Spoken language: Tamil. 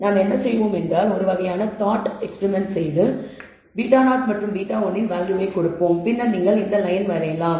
நாம் என்ன செய்வோம் என்றால் ஒரு வகையான தாக்த்ட் எஸ்பிரிமெண்ட் செய்து நீங்கள் β0 மற்றும் β1 இன் வேல்யூவை கொடுப்போம் பின்னர் நீங்கள் இந்த லயன் வரையலாம்